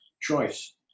choice